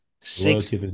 six